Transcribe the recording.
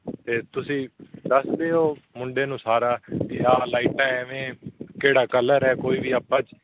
ਅਤੇ ਤੁਸੀਂ ਦੱਸ ਦਿਓ ਮੁੰਡੇ ਨੂੰ ਸਾਰਾ ਕਿ ਆਹ ਲਾਈਟਾਂ ਐਵੇਂ ਕਿਹੜਾ ਕਲਰ ਹੈ ਕੋਈ ਵੀ ਆਪਾਂ